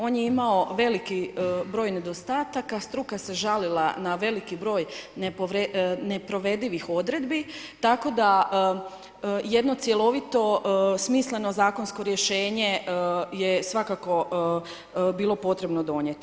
On je imao veliki broj nedostataka, struka se žalila na veliki broj neprovedivih odredbi tako da, jedno cjelovito smisleno zakonsko rješenje je svakako bilo potrebno donjeti.